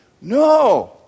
No